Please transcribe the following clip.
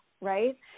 right